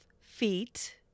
feet